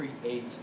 create